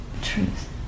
truth